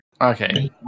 Okay